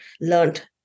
learned